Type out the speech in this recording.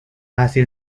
hacia